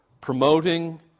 promoting